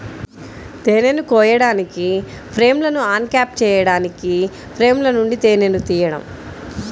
తేనెను కోయడానికి, ఫ్రేమ్లను అన్క్యాప్ చేయడానికి ఫ్రేమ్ల నుండి తేనెను తీయడం